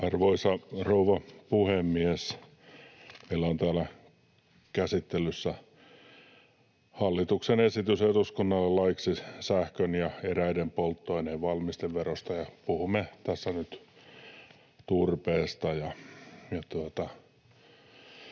Arvoisa rouva puhemies! Meillä on täällä käsittelyssä hallituksen esitys eduskunnalle laiksi sähkön ja eräiden polttoaineiden valmisteverosta, ja puhumme tässä nyt turpeesta.